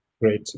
great